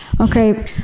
Okay